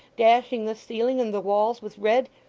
dashing the ceiling and the walls with red?